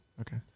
Okay